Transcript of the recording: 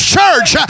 Church